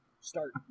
start